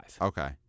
Okay